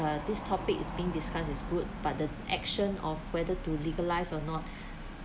uh this topic is being discussed is good but the action of whether to legalized or not